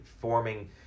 forming